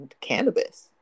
cannabis